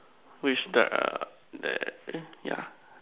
which there there yeah